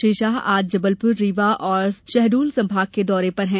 श्री शाह आज जबलपुर रीवा और शहडोल संभाग के दौरे पर हैं